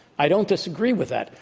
i don't disagree with that.